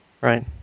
Right